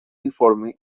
uniforme